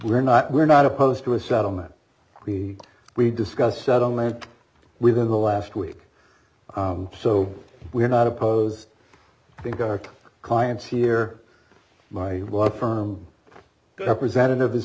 we're not we're not opposed to a settlement we discussed settlement within the last week so we're not opposed to thank our clients here my law firm representative is